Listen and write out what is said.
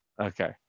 okay